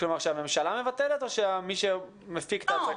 הממשלה מבטלת או מי שמפיק את ההצגה?